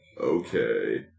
Okay